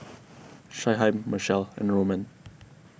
Shyheim Machelle and Roman